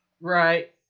Right